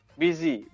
busy